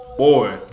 Boy